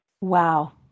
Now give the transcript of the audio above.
Wow